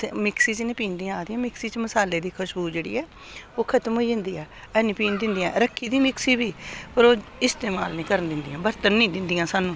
ते मिक्सी च निं पीदियां आखदियां मिक्सी च मसाले दी खूश्बू जेह्ड़ी ऐ ओह् खतम होई जंदी ऐ हैनी पीह्न दिंदियां रक्खी दी मिक्सी बी पर ओह् इस्तेमाल निं करन दिंदियां बरतन निं दिंदियां सानूं